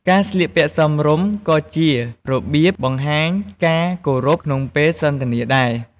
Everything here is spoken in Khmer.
ការស្លៀកពាក់សមរម្យ ក៏ជារបៀបបង្ហាញការគោរពក្នុងពេលសន្ទនាដែរ។